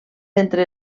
entre